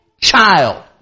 child